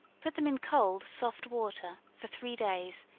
put them in cold soft water for three days,